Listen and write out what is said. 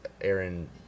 Aaron